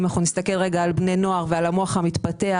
אם נסתכל על בני נוער ועל המוח המתפתח,